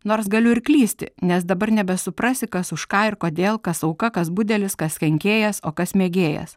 nors galiu ir klysti nes dabar nebesuprasi kas už ką ir kodėl kas auka kas budelis kas kenkėjas o kas mėgėjas